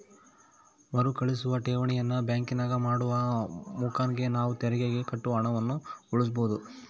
ಮರುಕಳಿಸುವ ಠೇವಣಿಯನ್ನು ಬ್ಯಾಂಕಿನಾಗ ಮಾಡುವ ಮುಖೇನ ನಾವು ತೆರಿಗೆಗೆ ಕಟ್ಟುವ ಹಣವನ್ನು ಉಳಿಸಬಹುದು